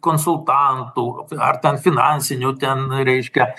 konsultantų ar ten finansinių ten reiškia